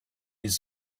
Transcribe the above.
les